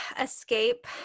escape